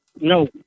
No